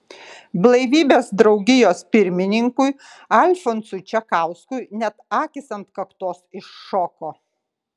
blaivybės draugijos pirmininkui alfonsui čekauskui net akys ant kaktos iššoko